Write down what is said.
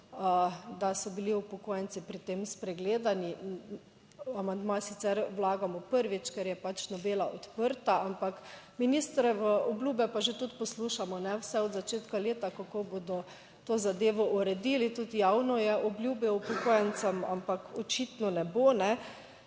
da so bili upokojenci pri tem spregledani. Amandma sicer vlagamo prvič, ker je pač novela odprta, ampak ministrove obljube pa že tudi poslušamo vse od začetka leta, kako bodo to zadevo uredili, tudi javno je obljubil upokojencem, ampak očitno ne bo,